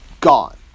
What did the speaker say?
gone